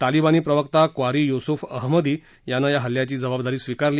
तालिबानी प्रवक्ता क्वारी युसूफ अहमदी यांनं या हल्ल्याची जबाबदारी स्वीकारली